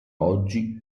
oggi